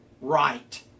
right